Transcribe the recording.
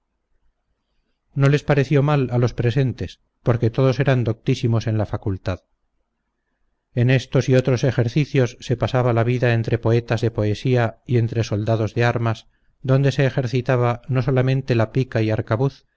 no les pareció mal a los presentes porque todos eran doctísimos en la facultad en estos y otros ejercicios se pasaba la vida entre poetas de poesía y entre soldados de armas donde se ejercitaba no solamente la pica y arcabuz